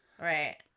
Right